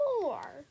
more